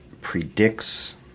predicts